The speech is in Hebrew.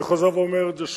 אני חוזר ואומר את זה שוב.